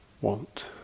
want